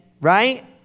right